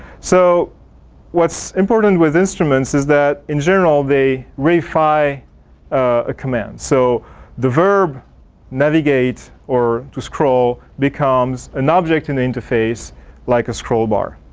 so what's important with instruments is that in general they reify a command. so the verb navigates or to scroll becomes an object in interface like a scroll bar.